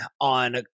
on